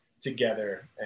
together